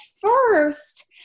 first